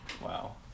wow